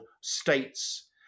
states